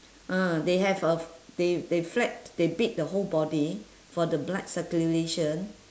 ah they have a f~ they they flap they beat the whole body for the blood circulation